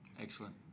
excellent